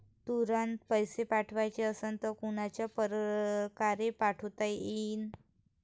तुरंत पैसे पाठवाचे असन तर कोनच्या परकारे पाठोता येईन?